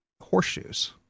horseshoes